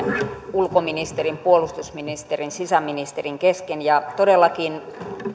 ulkoministerin puolustusministerin ja sisäministerin kesken todellakin